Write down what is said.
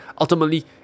ultimately